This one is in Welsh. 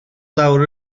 lawr